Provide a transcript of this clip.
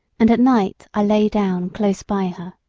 and at night i lay down close by her.